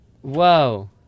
Whoa